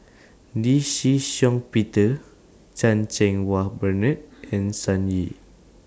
Lee Shih Shiong Peter Chan Cheng Wah Bernard and Sun Yee